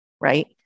right